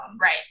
Right